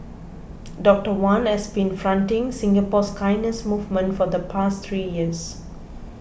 Doctor Wan has been fronting Singapore's kindness movement for the past three years